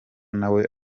nawe